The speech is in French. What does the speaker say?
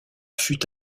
fut